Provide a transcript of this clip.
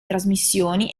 trasmissioni